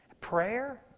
Prayer